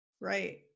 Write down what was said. Right